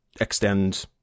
extend